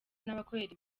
n’abakorera